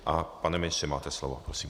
A pane ministře, máte slovo, prosím.